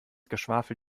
geschwafel